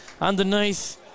underneath